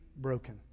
broken